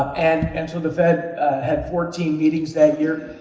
and and so the fed had fourteen meetings that year.